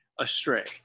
astray